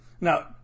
Now